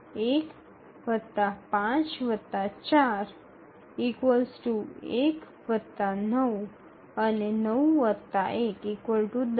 ૧ ૫ ૪ ૧ ૯ અને ૯ ૧ ૧0